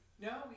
no